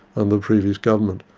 and the previous government,